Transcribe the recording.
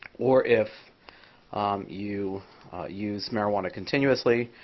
or if you use marijuana continuously,